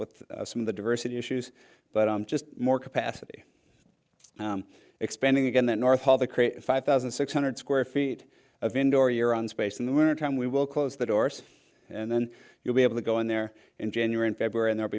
with some of the diversity issues but i'm just more capacity expanding again that north all the create five thousand six hundred square feet of indoor your own space in the wintertime we will close the doors and then you'll be able to go in there in january and february and they'll